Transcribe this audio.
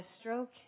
stroke